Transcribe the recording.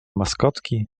maskotki